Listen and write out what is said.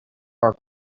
will